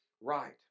right